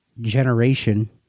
generation